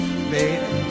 Baby